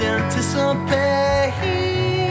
anticipate